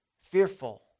Fearful